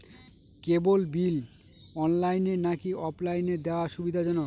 কেবল bill অনলাইনে নাকি অফলাইনে দেওয়া সুবিধাজনক?